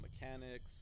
mechanics